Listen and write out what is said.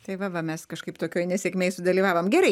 tai va va mes kažkaip tokioj nesėkmėj sudalyvavom gerai